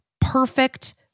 perfect